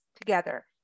together